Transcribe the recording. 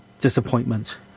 disappointment